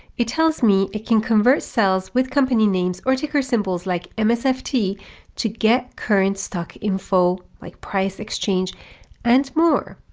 it tells me it can convert cells with company names or ticker symbols, like um msft to get current stock info like price exchange and more.